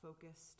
focused